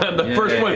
the first